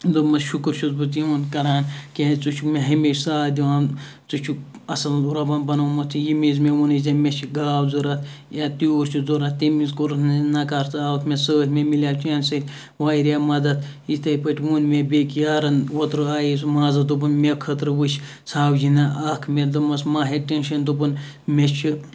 دوٚپمَس شُکُر چھُس بہٕ چون کَران کیاز ژٕ چھُکھ مےٚ ہَمیشہ ساتھ دِوان ژٕ چھُکھ اَصل رۄبَن بَنوومُت ییٚمہِ وِز مےٚ ووٚنُے ژےٚ مےٚ چھِ گاو ضوٚرَتھ یا تیوٗر چھُ ضوٚرَتھ تمہِ وِزِ کوٚرُتھ نہٕ نَکار ژٕ آوکُھ مےٚ سۭتۍ مےٚ مِلیوٚو چانہِ سۭتۍ واریاہ مَدَد یِتھے پٲٹھۍ ووٚن مےٚ بیٚکۍ یارَن اوترٕ آیے سُہ مازَس دوٚپُن مےٚ خٲطرٕ وٕچھ ژھاوجہِ ہنا اکھ مےٚ دوٚپمَس مَہ ہےف ٹینشَن دوٚپُن مےٚ چھِ